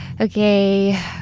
Okay